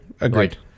agreed